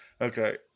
Okay